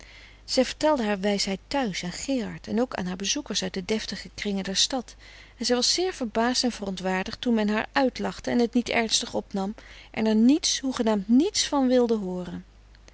zij vertelde haar wijsheid thuis aan gerard en ook aan haar bezoekers uit de deftige kringen der stad en zij was zeer verbaasd en verontwaardigd toen men haar uitlachte en het niet ernstig opnam en er niets hoegenaamd niets van wilde hooren